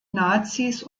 nazis